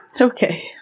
Okay